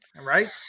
right